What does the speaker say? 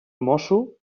mosso